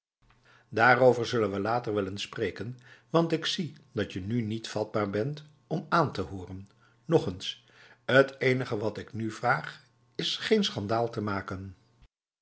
daarover zullen we later wel eens spreken want ik zie datje nu niet vatbaar bent om aan te horen nog eens het enige wat ik nu vraag is geen schandaal te makenf